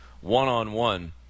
one-on-one